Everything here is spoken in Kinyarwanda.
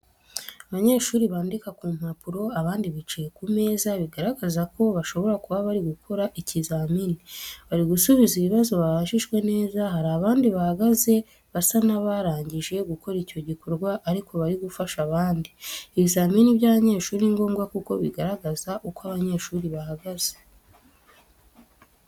Abanyeshuri bandika ku mpapuro, abandi bicaye ku meza, bigaragaza ko bashobora kuba bari gukora ikizamini. Bari gusubiza ibibazo babajijwe neza. Hari abandi bahagaze, basa n'abarangije gukora icyo gikorwa ariko bari gufasha abandi. Ibizamini by’abanyeshuri ni ngombwa kuko bigaragaza uko abanyeshuri bahagaze.